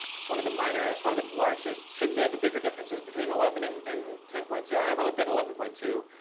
it's one of the minor it's one of the largest i should say the bigger differences between eleven and and ten point two. i haven't looked at eleven point two.